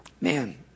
Man